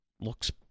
looks